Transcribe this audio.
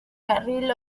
carril